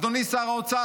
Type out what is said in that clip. אדוני שר האוצר,